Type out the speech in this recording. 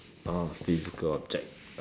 oh physical object